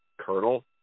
Colonel